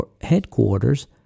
headquarters